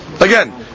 again